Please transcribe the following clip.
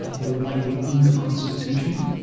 they were likely unconstitutional,